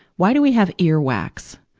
why do we have ear wax?